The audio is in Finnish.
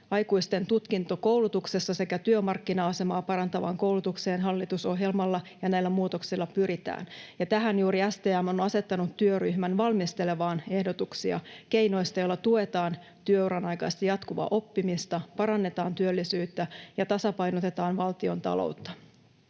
aikuisten tutkintokoulutuksessa sekä työmarkkina-asemaa parantavaan koulutukseen hallitusohjelmalla ja näillä muutoksilla pyritään. Ja juuri tätä varten STM on asettanut työryhmän valmistelemaan ehdotuksia keinoista, joilla tuetaan työuran aikaista jatkuvaa oppimista, parannetaan työllisyyttä ja tasapainotetaan valtiontaloutta.